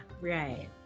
right